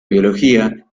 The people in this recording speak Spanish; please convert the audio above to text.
biología